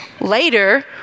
Later